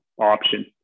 option